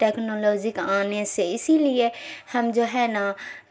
technology کا آنے سے اسی لیے ہم جو ہے نا